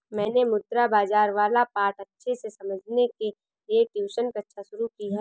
मैंने मुद्रा बाजार वाला पाठ अच्छे से समझने के लिए ट्यूशन कक्षा शुरू की है